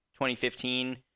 2015